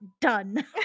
done